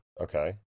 Okay